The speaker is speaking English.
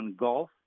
Golf